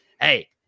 hey